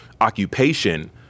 occupation